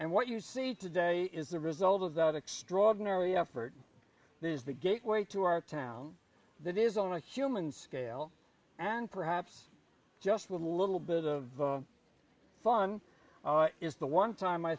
and what you see today is the result of that extraordinary effort this is the gateway to our town that is on a human scale and perhaps just with a little bit of fun is the one time i